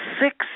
six